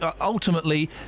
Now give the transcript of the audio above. ultimately